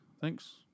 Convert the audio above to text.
Thanks